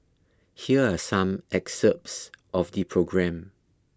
here are some excerpts of the programme